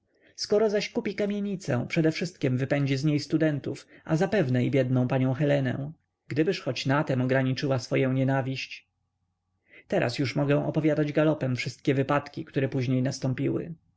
skoro zaś kupi kamienicę przedewszystkiem wypędzi z niej studentów a zapewne i biedną panią helenę gdybyż choć na tem ograniczyła swoję nienawiść teraz już mogę opowiadać galopem wszystkie wypadki które później nastąpiły